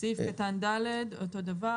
סעיף קטן (ד) אותו דבר,